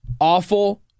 awful